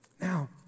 Now